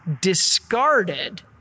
Discarded